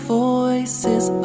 voices